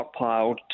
stockpiled